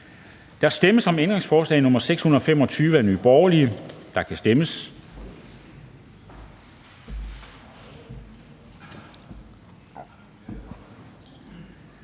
Der stemmes om ændringsforslag nr. 669 af DF, og der kan stemmes.